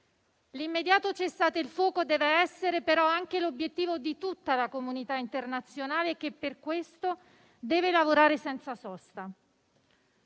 L'immediato cessate il fuoco deve essere però anche l'obiettivo di tutta la comunità internazionale, che per questo deve lavorare senza sosta.